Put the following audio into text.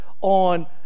on